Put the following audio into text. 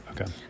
Okay